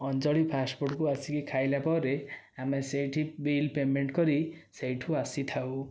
ଅଞ୍ଜଳି fast ଫୁଡ଼କୁ ଆସିକି ଖାଇଲା ପରେ ଆମେ ସେଇଠି ବିଲ୍ ପେମେଣ୍ଟ କରି ସେଇଠୁ ଆସିଥାଉ